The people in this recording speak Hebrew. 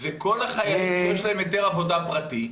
זה כל החיילים שיש להם היתר עבודה פרטי,